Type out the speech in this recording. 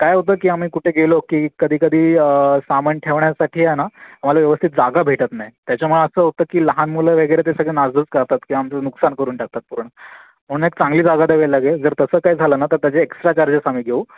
काय होतं आम्ही कुठे गेलो की कधीकधी सामान ठेवण्यासाठी आहे ना आम्हाला व्यवस्थित जागा भेटत नाही त्याच्यामुळे असं होतं की लहान मुलं वगैरे ते सगळं नासधूस करतात ते आमचं नुकसान करून टाकतात पूर्ण म्हणून एक चांगली जागा द्यावी लागेल जर तसं काही झालं ना तर त्याचे एक्स्ट्रा चार्जेस आम्ही घेऊ